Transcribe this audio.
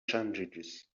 ŝanĝiĝis